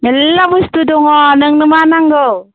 मेरला बुस्थु दङ नोंनो मा नांगौ